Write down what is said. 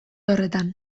horretan